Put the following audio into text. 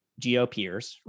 GOPers